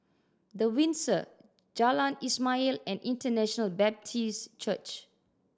The Windsor Jalan Ismail and International Baptist Church